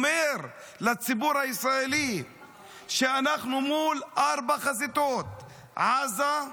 ואומר לציבור הישראלי שאנחנו מול ארבע חזיתות: עזה,